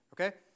okay